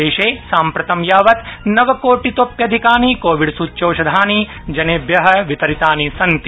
देशे साम्प्रतं यावत् नवकोटितोप्यधिकानि कोविड सूच्यौषधानि जनेभ्य वितरितानि सन्ति